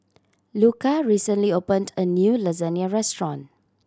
Luka recently opened a new Lasagne Restaurant